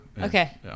Okay